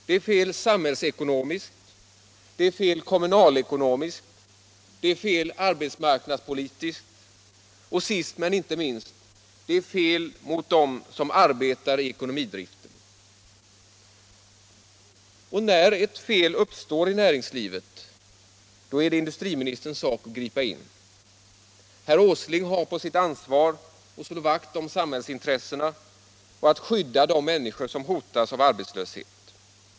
Det är fel samhällsekonomiskt. Det är fel kommunalekonomiskt. Det är fel arbetsmarknadspolitiskt. Och sist men inte minst: det är fel mot dem som arbetar i ekonomidriften. När ett fel uppstår i näringslivet är det industriministerns sak att gripa in. Herr Åsling har på sitt ansvar att slå vakt om samhällsintressena och att skydda de människor som hotas av arbetslöshet.